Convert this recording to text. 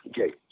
Okay